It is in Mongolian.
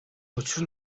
учир